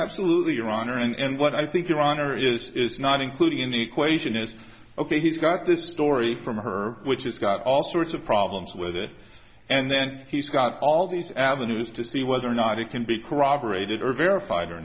absolutely your honor and what i think your honor is is not included in the equation is ok he's got this story from her which has got all sorts of problems with it and then he's got all these avenues to see whether or not it can be corroborated or verified or